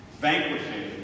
vanquishing